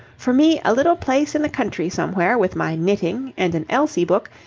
for me, a little place in the country somewhere, with my knitting and an elsie book,